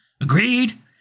agreed